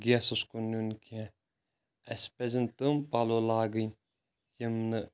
گیسَس کُن نیُن کیٚنٛہہ اسہِ پَزن تِم پَلَو لاگٕنۍ یِم نہٕ